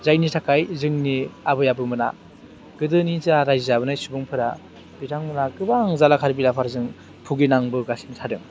जायनि थाखाय जोंनि आबै आबौमोनहा गोदोनि जा रायजो जाबोनाय सुबुंफोरा बिथांमोनहा गोबां जालाखार बिलाखारजों बुगिनांबोगासिनो थादों